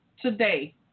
today